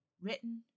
written